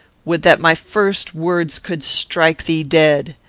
would that my first words could strike thee dead!